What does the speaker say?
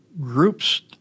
groups